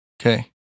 Okay